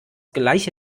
gleiche